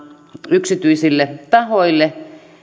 yksityisille tahoille